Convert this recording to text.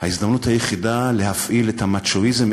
ההזדמנות היחידה להפעיל את המצ'ואיזם,